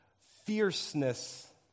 fierceness